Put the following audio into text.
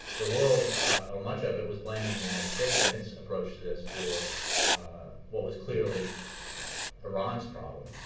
the world or much of it was blaming the united states in its approach to this for what was clearly iran's problem.